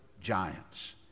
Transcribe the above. giants